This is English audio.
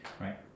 right